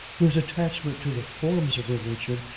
whose attachment to the forms of religion,